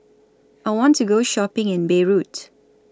I want to Go Shopping in Beirut